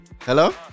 Hello